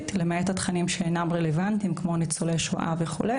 למעט התכנים שאינם רלוונטיים כמו ניצולי שואה וכו',